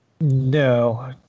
No